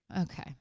Okay